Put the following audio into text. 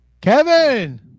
Kevin